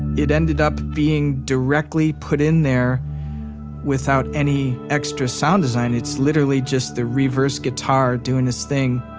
it ended up being directly put in there without any extra sound design. it's literally just the reverse guitar doing its thing